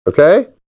Okay